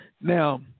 Now